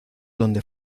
donde